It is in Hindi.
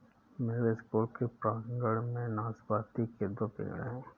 मेरे स्कूल के प्रांगण में नाशपाती के दो पेड़ हैं